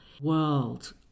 world